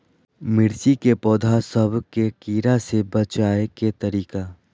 मिर्ची के पौधा सब के कीड़ा से बचाय के तरीका?